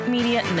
Media